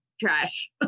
trash